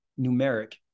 numeric